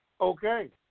okay